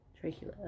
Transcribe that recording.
trachea